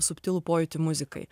subtilų pojūtį muzikai